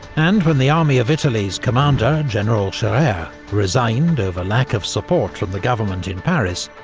and when the army of italy's commander, and general scherer yeah resigned, over lack of support from the government in paris,